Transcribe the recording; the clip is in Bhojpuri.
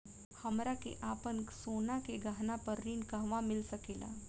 हमरा के आपन सोना के गहना पर ऋण कहवा मिल सकेला?